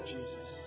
Jesus